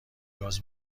گاز